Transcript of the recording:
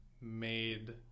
made